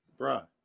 Bruh